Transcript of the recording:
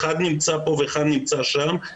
אחד נמצא פה ואחד נמצא שם,